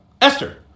Esther